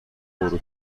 برو